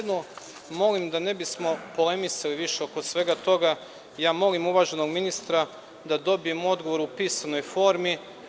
Da ne bismo polemisali više oko svega toga, molim uvaženog ministra da dobijem odgovor u pisanoj formi.